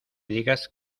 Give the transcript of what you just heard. digas